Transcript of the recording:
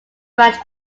branch